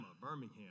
Birmingham